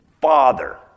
Father